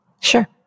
Sure